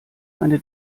eine